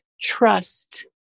trust